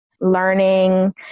learning